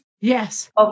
Yes